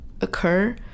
occur